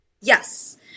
yes